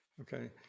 okay